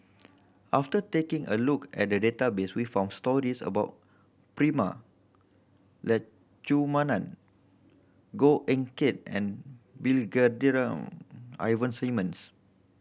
after taking a look at the database we found stories about Prema Letchumanan Goh Eck Kheng and Brigadier Ivan Simsons